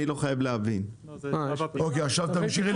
האם עברנו